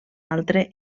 altre